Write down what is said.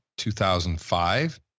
2005